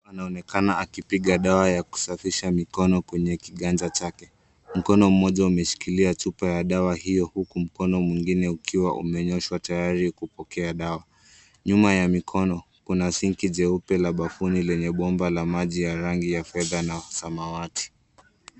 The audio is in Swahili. Mtu anaonekana kupiga dawa ya kusafisha mikono kwenye kiganja chake. Mkono mmoja umeshikilia chupa ya dawa hio huku mkono mwingine ukiwa umenyoshwa tayari kupokea dawa. Nyuma ya mikono kuna sinki(cs) nyeupe ya bafuni yenye bomba la maji ya rangi ya fedha na samawati.